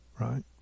right